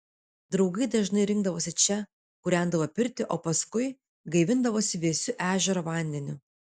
draugai dažnai rinkdavosi čia kūrendavo pirtį o paskui gaivindavosi vėsiu ežero vandeniu